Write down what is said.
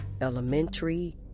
elementary